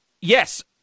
yes